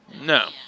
no